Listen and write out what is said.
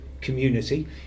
community